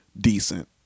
decent